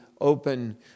open